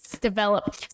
develop